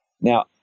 Now